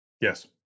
Yes